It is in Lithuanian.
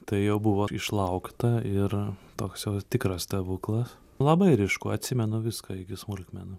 tai jau buvo išlaukta ir toks jau tikras stebuklas labai ryšku atsimenu viską iki smulkmenų